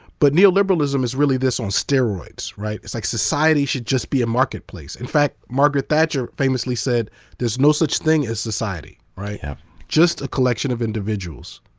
but neoliberalism is really this on steroids, right? it's like society should just be a marketplace, in fact, margaret thatcher famously said there's no such thing as society. yeah just a collection of individuals.